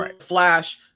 Flash